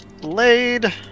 Blade